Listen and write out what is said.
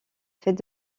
fête